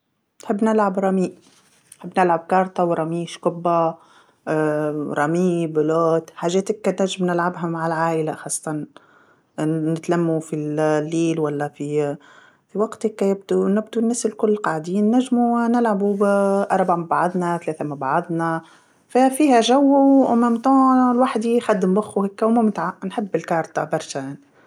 نحب نلعب رمي، نحب نلعب لعبة الورق ورمي، شكبه رمي بلوت، حاجات هكا نجم نلعبها مع العايلة خاصة، نتلمو فال-الليل ولا في وقت هكايا نبدو نبدو نسلكو القاعدين نجمو نلعبو أربعه مع بعضنا، ثلاثه مع بعضنا، ففيها جو و- وفنفس الوقت الواحد يخدم مخو هكا وممتعه، نحب لعبة الورق برشا.